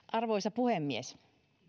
arvoisa puhemies